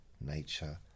nature